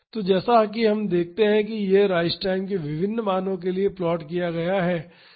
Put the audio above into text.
तो जैसा कि हम देख सकते हैं कि यह राइज टाइम के विभिन्न मानो के लिए प्लॉट किया गया है जो कि tr बाई Tn है